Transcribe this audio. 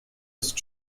ist